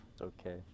Okay